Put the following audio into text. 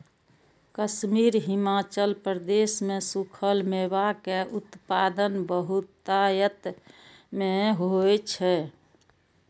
कश्मीर, हिमाचल प्रदेश मे सूखल मेवा के उत्पादन बहुतायत मे होइ छै